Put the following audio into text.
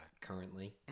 currently